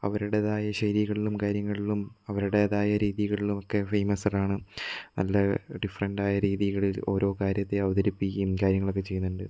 അവരുടേതായ ശൈലികളിലും കാര്യങ്ങളിലും അവരുടേതായ രീതികളിലും ഒക്കെ ഫേമസാണ് അല്ല ഡിഫറൻറ്റ് ആയ രീതികളിൽ ഓരോ കാര്യത്തെ അവതരിപ്പിക്കുകയും കാര്യങ്ങളൊക്കെ ചെയ്യുന്നുണ്ട്